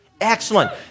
Excellent